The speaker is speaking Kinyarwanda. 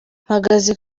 mpagaze